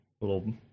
little